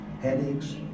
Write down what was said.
headaches